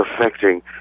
affecting